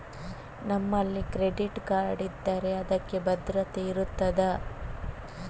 ನಮ್ಮಲ್ಲಿ credit card ಇದ್ದರೆ ಅದಕ್ಕೆ ಭದ್ರತೆ ಇರುತ್ತದಾ?